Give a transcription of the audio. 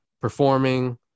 performing